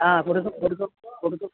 ആ കൊടുക്കും കൊടുക്കും കൊടുക്കും